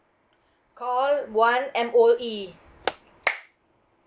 call one M_O_E